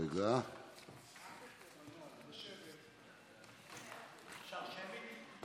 הצעת חוק שירותי רווחה לאנשים עם מוגבלות,